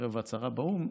ערב ההצהרה באו"ם,